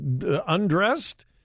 undressed